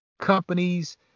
companies